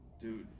dude